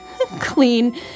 clean